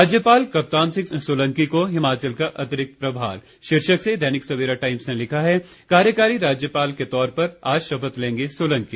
राज्यपाल कप्तान सिंह सोलंकी को हिमाचल का अतिरिक्त प्रभार शीर्षक से दैनिक सवेरा टाइम्स ने लिखा है कार्यकारी राज्यपाल के तौर पर आज शपथ लेंगे सोलंकी